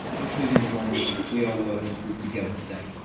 including the ones we are working through together today.